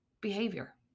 behavior